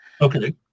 Okay